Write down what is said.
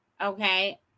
okay